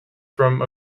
from